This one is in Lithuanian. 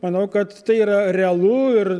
manau kad tai yra realu ir